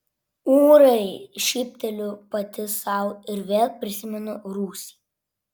ūrai šypteliu pati sau ir vėl prisimenu rūsį